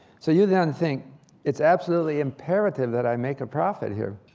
so you then think it's absolutely imperative that i make a profit here.